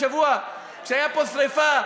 כשהייתה פה שרפה,